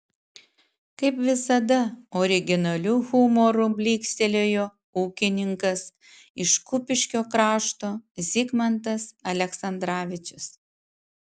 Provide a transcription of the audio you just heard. kaip visada originaliu humoru blykstelėjo ūkininkas iš kupiškio krašto zigmantas aleksandravičius